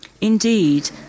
Indeed